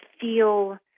feel